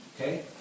okay